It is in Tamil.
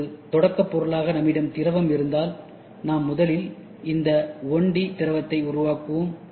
ஒரு தொடக்கப் பொருளாக நம்மிடம் திரவம் இருந்தால் நாம் முதலில் இந்த 1 டி திரவத்தை உருவாக்குவோம்